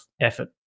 effort